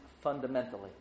fundamentally